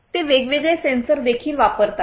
ते वेगवेगळे सेन्सर देखील वापरतात